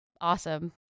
awesome